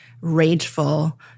rageful